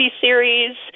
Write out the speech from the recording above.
series